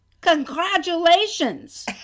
congratulations